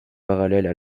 parallèles